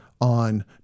on